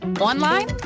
online